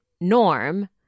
norm